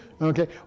Okay